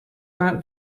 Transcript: brought